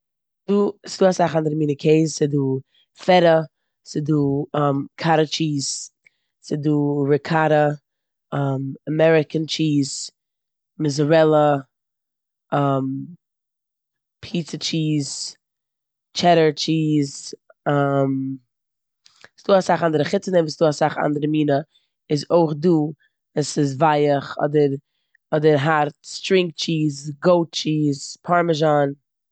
דא- ס'דא אסאך אנדערע מינע קעז. ס'דא פעטא, ס'דא קאטעדש טשיז, ס'דא ריקאטע, אמעריקען טשיז, מעזזארעלא, פיצא טשיז, טשעדדער טשיז, ס'דא אסאך אנדערע. חוץ פון דעם וואס ס'דא אסאך אנדערע מינע איז אויך דא ווען ס'ווייך אדער- אדער הארט, סטרינג טשיז, גאוט טשיז, פארמיזשאן.